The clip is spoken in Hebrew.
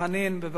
בבקשה.